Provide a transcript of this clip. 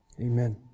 Amen